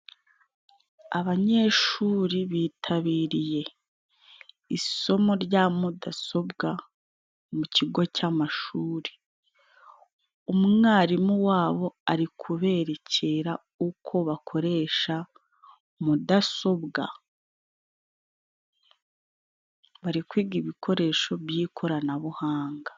Abanyeshuri bitabiriye isomo rya mudasobwa mu kigo cy'amashuri. Umwarimu wabo ari kubererekera uko bakoresha mudasobwa. Bari kwiga ibikoresho by'ikoranabuhanga.